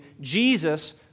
Jesus